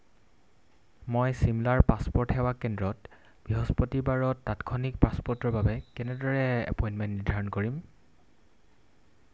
মই চিমলাৰ পাছপোৰ্ট সেৱা কেন্দ্ৰত বৃহস্পতিবাৰত তাৎক্ষণিক পাছপোৰ্টৰ বাবে কেনেদৰে এপইণ্টমেণ্ট নিৰ্ধাৰণ কৰিম